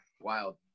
wild